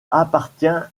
appartient